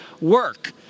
work